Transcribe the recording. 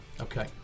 Okay